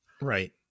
right